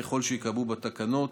ככל שייקבעו בתקנות,